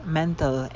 mental